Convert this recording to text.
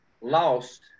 lost